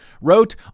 wrote